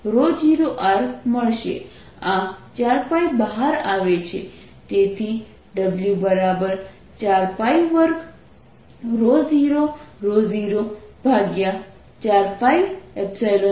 આ 4π બહાર આવે છે તેથી W42004π0r3